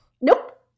Nope